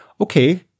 okay